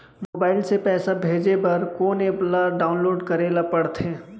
Mobile से पइसा भेजे बर कोन एप ल डाऊनलोड करे ला पड़थे?